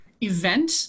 event